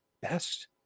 best